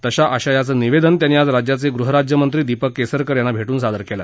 तशा आशयाचं निवेदन त्यांनी आज राज्याचे गृहराज्य मंत्री दीपक केसरकर यांना भेटून सादर केलं